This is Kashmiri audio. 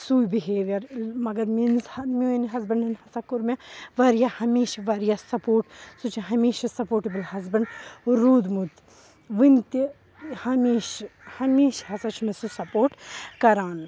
سُے بِہیویَر مگر میٛٲنِس میٛٲنۍ ہَزبَنٛڈَن ہَسا کوٚر مےٚ واریاہ ہمیشہِ واریاہ سَپوٹ سُہ چھُ ہمیشہِ سَپوٹیبٕل ہَزبَنٛڈ روٗدمُت وٕنہِ تہِ ہمیشہٕ ہمیشہٕ ہَسا چھُ مےٚ سُہ سپوٹ کَران